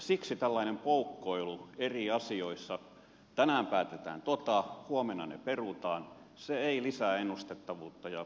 siksi tällainen poukkoilu eri asioissa tänään päätetään tuota huomenna se perutaan ei lisää ennustettavuutta ja uskottavuutta